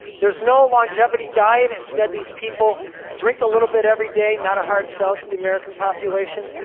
there's no longevity diet. instead, these people drink a little bit every day, not a hard sell to the american population.